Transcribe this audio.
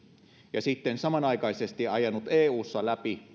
ja sitten samanaikaisesti ajanut eussa läpi